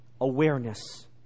awareness